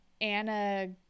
Anna